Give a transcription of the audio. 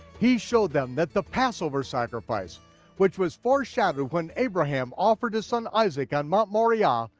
he showed them that the passover sacrifice which was foreshadowed when abraham offered his son isaac on mount moriah,